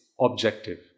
objective